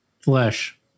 Flesh